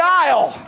aisle